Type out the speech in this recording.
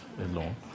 alone